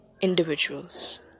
individuals